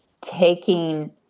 taking